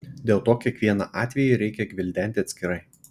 dėl to kiekvieną atvejį reikia gvildenti atskirai